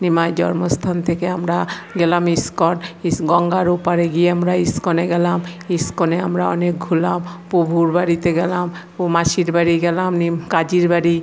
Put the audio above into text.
নিমাইয়ের জন্মস্থান থেকে আমরা গেলাম ইস্কন ইস গঙ্গার ওপারে গিয়ে আমরা ইস্কনে গেলাম ইস্কনে আমরা অনেক ঘুরলাম প্রভুর বাড়িতে গেলাম ও মাসির বাড়ি গেলাম নিম কাজীর বাড়ি